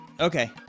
Okay